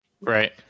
Right